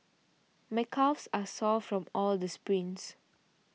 my calves are sore from all the sprints